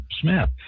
Smith